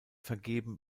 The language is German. vergeben